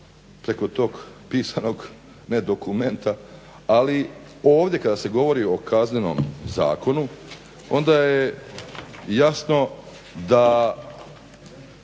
preko tog pisanog ne dokumenta. Ali ovdje kada se govori o Kaznenom zakonu onda je jasno da